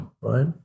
right